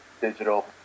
digital